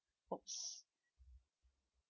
!oops!